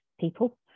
people